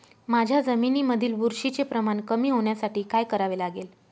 माझ्या जमिनीमधील बुरशीचे प्रमाण कमी होण्यासाठी काय करावे लागेल?